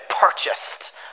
purchased